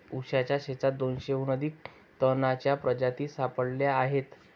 ऊसाच्या शेतात दोनशेहून अधिक तणांच्या प्रजाती सापडल्या आहेत